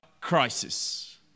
crisis